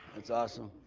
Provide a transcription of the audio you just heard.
that's awesome,